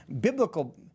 biblical